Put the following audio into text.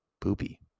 poopy